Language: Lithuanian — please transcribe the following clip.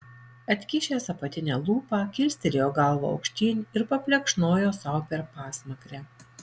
atkišęs apatinę lūpą kilstelėjo galvą aukštyn ir paplekšnojo sau per pasmakrę